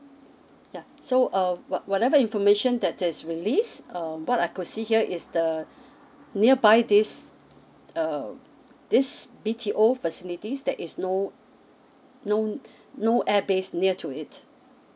yup so uh what whatever information that there is released um what I could see here is the nearby this uh this B_T_O facilities that is no no no air base near to it